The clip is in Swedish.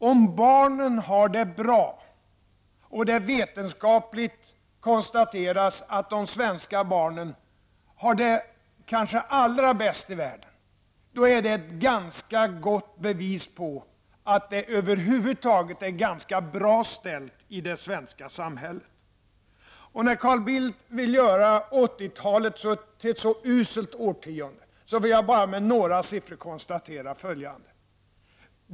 Om barnen har det bra och det vetenskapligt konstateras att de svenska barnen har det kanske allra bäst i världen, då är det ett gott bevis på att det över huvud taget är ganska bra ställt i det svenska samhället. När Carl Bildt vill göra 80-talet till ett så uselt årtionde vill jag med några siffror konstatera följande.